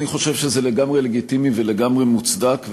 אני חושב שזה לגמרי לגיטימי ולגמרי מוצדק,